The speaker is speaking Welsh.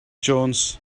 jones